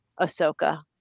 Ahsoka